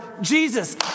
Jesus